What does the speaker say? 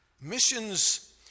Missions